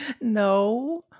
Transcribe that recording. No